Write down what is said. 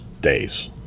days